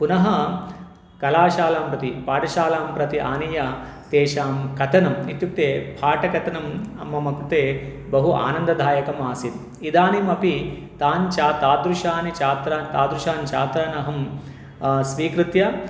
पुनः कलाशालां प्रति पाठशालां प्रति आनीय तेषां कथनम् इत्युक्ते पाठकथनं मम कृते बहु आनन्ददायकम् आसीत् इदानीमपि तान् च तादृशान् छात्रान् तादृशान् छात्रान् अहं स्वीकृत्य